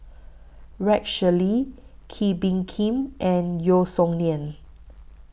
Rex Shelley Kee Bee Khim and Yeo Song Nian